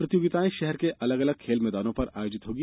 प्रतियोगिताएं शहर के अलग अलग खेल मैदानों पर आयोजित होगी